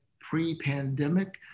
pre-pandemic